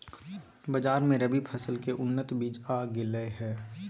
बाजार मे रबी फसल के उन्नत बीज आ गेलय हें